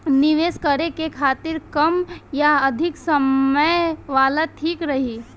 निवेश करें के खातिर कम या अधिक समय वाला ठीक रही?